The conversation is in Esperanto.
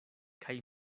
kaj